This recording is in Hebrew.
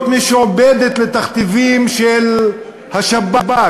להיות משועבדת לתכתיבים של השב"כ,